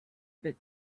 bit